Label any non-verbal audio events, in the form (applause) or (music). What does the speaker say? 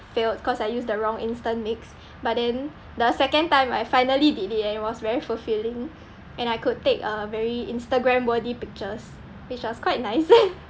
failed cause I used the wrong instant mix but then the second time I finally did it and it was very fulfilling and I could take a very instagram-worthy pictures which was quite nice (noise)